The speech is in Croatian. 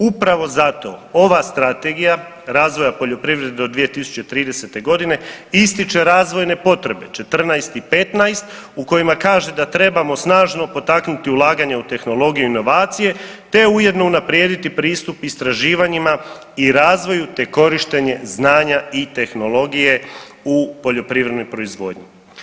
Upravo zato ova Strategija razvoja poljoprivrede do 2030.g. ističe razvojne potrebe 14 i 15 u kojima kaže da trebamo snažno potaknuti ulaganja u tehnologiju i inovacije, te ujedno unaprijediti pristup istraživanjima i razvoju, te korištenje znanja i tehnologije u poljoprivrednoj proizvodnji.